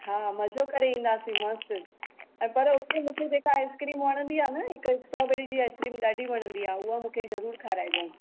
हा मज़ो करे ईंदासीं मस्तु ऐं पर हुते मूंखे जेका आइस्क्रीम वणंदी आहे न हिक स्ट्रॉबैरी जी आइस्क्रीम ॾाढी वणंदी आहे उहा मूंखे ज़रूरु खाराएजांइ